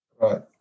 right